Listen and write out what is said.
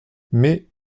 mais